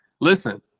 listen